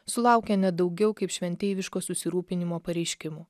sulaukia ne daugiau kaip šventeiviško susirūpinimo pareiškimų